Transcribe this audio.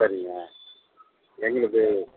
சரிங்க எங்கங்க இது